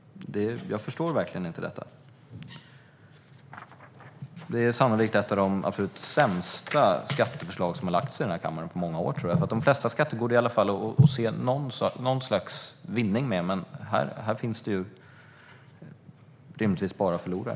Jag förstår verkligen inte detta. Detta är sannolikt ett av de absolut sämsta skatteförslag som har lagts fram i kammaren på många år. De flesta skatter går det i alla fall att se något slags vinning med, men här finns det rimligtvis bara förlorare.